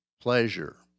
pleasure